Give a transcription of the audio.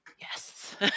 yes